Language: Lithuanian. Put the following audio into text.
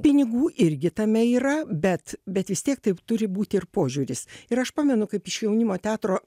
pinigų irgi tame yra bet bet vis tiek taip turi būt ir požiūris ir aš pamenu kaip iš jaunimo teatro